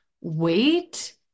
wait